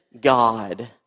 God